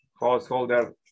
householder